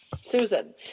Susan